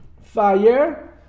fire